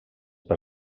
per